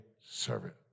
servant